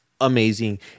amazing